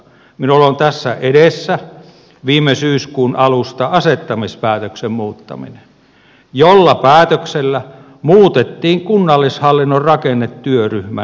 minulla on tässä edessäni viime syyskuun alusta asettamispäätöksen muuttaminen jolla päätöksellä muutettiin kunnallishallinnon rakennetyöryhmän toimeksianto